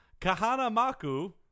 Kahanamaku